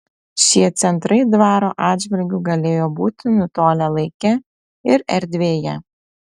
šie centrai dvaro atžvilgiu galėjo būti nutolę laike ir erdvėje